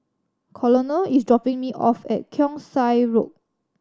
Colonel is dropping me off at Keong Saik Road